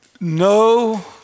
no